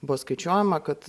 buvo skaičiuojama kad